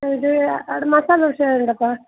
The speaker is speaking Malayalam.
ഇത് ആടെ മസാല ദോശ ഉണ്ടോ അപ്പാ